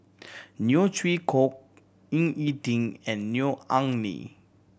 Neo Chwee Kok Ying E Ding and Neo Anngee